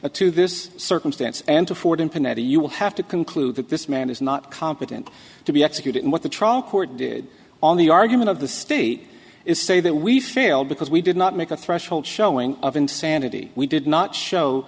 dementia to this circumstance and afford internet you will have to conclude that this man is not competent to be executed and what the trial court did on the argument of the state is say that we failed because we did not make a threshold showing of insanity we did not show